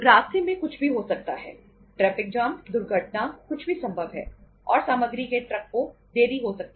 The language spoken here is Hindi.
रास्ते में कुछ भी हो सकता है ट्रैफिक जाम दुर्घटनाएं कुछ भी संभव है और सामग्री के ट्रक को देरी हो सकती है